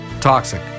toxic